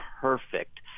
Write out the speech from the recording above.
perfect